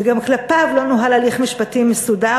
וגם כלפיו לא נוהל הליך משפטי מסודר,